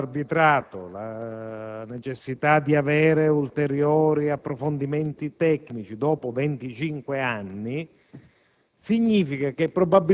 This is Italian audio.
il ricorso all'arbitrato, la necessità di fare ulteriori approfondimenti tecnici dopo